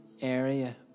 area